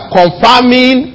confirming